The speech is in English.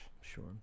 sure